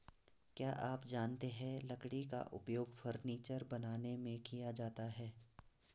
क्या आप जानते है लकड़ी का उपयोग फर्नीचर बनाने में किया जाता है?